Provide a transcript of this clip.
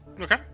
Okay